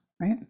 Right